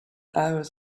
hours